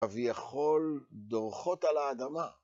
‫כביכול דורכות על האדמה.